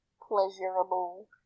Pleasurable